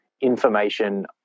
information